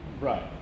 Right